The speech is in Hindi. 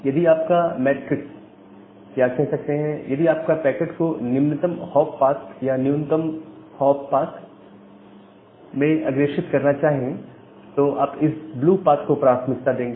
यदि आप का मैट्रिक या कह सकते हैं यदि आप पैकेट को निम्नतम हॉप पाथ या न्यूनतम हॉप पाथ में अग्रेषित करना चाहे तो आप इस ब्लू पाथ को प्राथमिकता देंगे